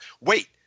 wait